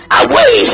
away